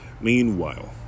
Meanwhile